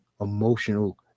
emotional